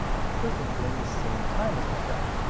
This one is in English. imprisoned during the same time as mandela.